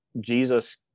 Jesus